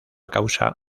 causa